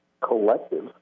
collective